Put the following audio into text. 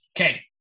Okay